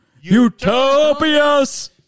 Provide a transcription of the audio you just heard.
utopias